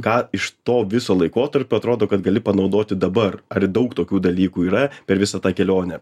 ką iš to viso laikotarpio atrodo kad gali panaudoti dabar ar daug tokių dalykų yra per visą tą kelionę